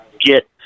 get